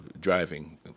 driving